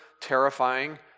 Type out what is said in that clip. terrifying